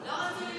לא רצו להתפלג.